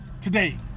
today